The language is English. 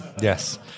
Yes